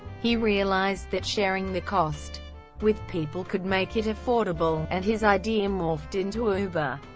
he realized that sharing the cost with people could make it affordable, and his idea morphed into uber.